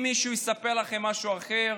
אם מישהו יספר לכם משהו אחר,